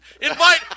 Invite